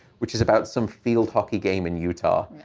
which is about some field hockey game in utah.